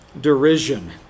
derision